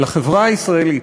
לחברה הישראלית,